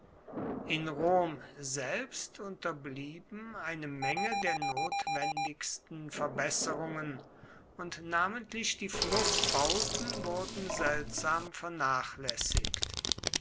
in rom selbst unterblieben eine menge der notwendigsten verbesserungen und namentlich die flußbauten wurden seltsam vernachlässigt